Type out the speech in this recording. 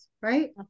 right